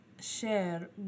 share